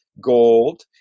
gold